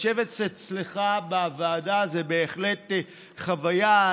לשבת אצלך בוועדה זו בהחלט חוויה.